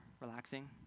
relaxing